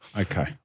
Okay